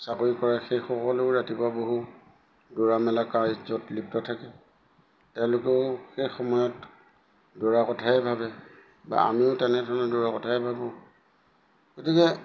চাকৰি কৰে সেই সকলো ৰাতিপুৱা বহু দৌৰা মেলা কাৰ্যত লিপ্ত থাকে তেওঁলোকেও সেই সময়ত দৌৰা কথাই ভাবে বা আমিও তেনেধৰণৰ দৌৰা কথাই ভাবোঁ গতিকে